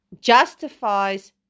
justifies